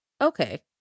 Okay